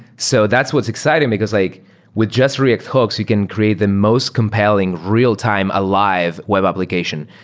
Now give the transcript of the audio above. so that's what's exciting, because like with just react hooks, you can create the most compelling real-time alive web application.